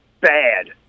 bad